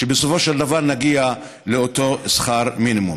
שבסופו של דבר נגיע לאותו שכר מינימום.